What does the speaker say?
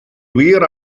wir